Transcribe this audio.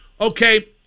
Okay